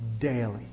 daily